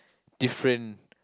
different